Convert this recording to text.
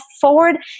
forward